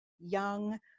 young